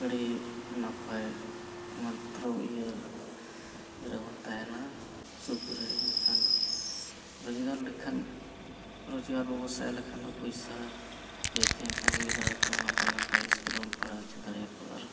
ᱟᱹᱰᱤ ᱱᱟᱯᱟᱭ ᱢᱟᱛᱨᱚ ᱤᱭᱟᱹ ᱤᱭᱟᱹ ᱨᱮᱵᱚᱱ ᱛᱟᱦᱮᱱᱟ ᱥᱩᱠ ᱨᱮ ᱮᱱᱠᱷᱟᱱ ᱫᱚ ᱨᱳᱡᱽᱜᱟᱨ ᱞᱮᱠᱷᱟᱱ ᱨᱳᱡᱽᱜᱟᱨ ᱵᱮᱵᱚᱥᱛᱟᱭ ᱞᱮᱠᱷᱟᱱ ᱫᱚ ᱯᱚᱭᱥᱟ ᱤᱭᱟᱹ ᱪᱮ ᱮᱱᱠᱷᱟᱱ ᱜᱤᱫᱽᱨᱟᱹ ᱠᱚ ᱱᱟᱯᱟᱭ ᱱᱟᱯᱟᱭ ᱤᱥᱠᱩᱞ ᱨᱮᱵᱚᱱ ᱯᱟᱲᱦᱟᱣ ᱦᱚᱪᱚ ᱫᱟᱲᱮ ᱟᱠᱚᱣᱟ ᱟᱨ